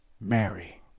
Mary